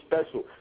special